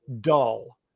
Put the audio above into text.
dull